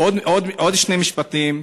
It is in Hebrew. עוד שני משפטים.